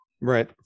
Right